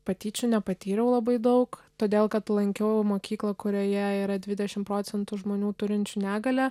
patyčių nepatyriau labai daug todėl kad lankiau mokyklą kurioje yra dvidešimt procentų žmonių turinčių negalią